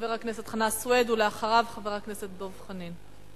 חבר הכנסת סוייד, ואחריו, חבר הכנסת דב חנין.